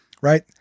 right